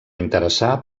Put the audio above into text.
interessar